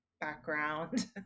background